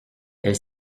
elle